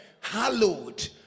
hallowed